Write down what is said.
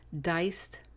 diced